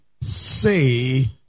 say